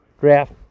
draft